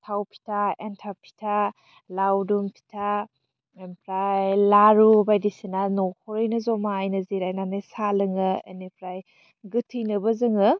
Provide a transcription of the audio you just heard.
थाव फिथा एन्थाब फिथा लावदुम फिथा ओमफ्राय लारु बायदिसिना नख'रैनो ज'मायैनो जिरायनानै साहा लोङो एनिफ्राय गोथैनोबो जोङो